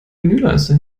menüleiste